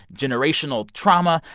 generational trauma,